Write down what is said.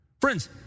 Friends